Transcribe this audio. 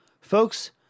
Folks